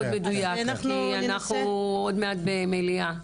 מאוד מדויק כי אנחנו עוד מעט במליאה.